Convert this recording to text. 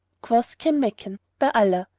quoth kanmakan, by allah,